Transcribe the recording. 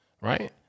right